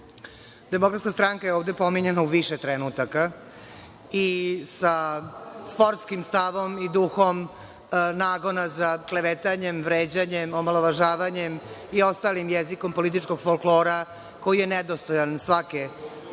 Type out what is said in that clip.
Demokratska stranka je ovde pominjana u više trenutaka i sa sportskim stavom i duhom nagona za klevetanjem, vređanjem, omalovažavanjem i ostalim jezikom političkog folklora koji je nedostojan svake institucije,